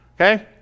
Okay